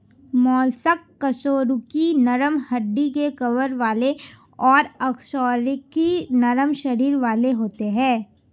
mollusc कशेरुकी नरम हड्डी के कवर वाले और अकशेरुकी नरम शरीर वाले होते हैं